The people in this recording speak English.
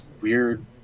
weird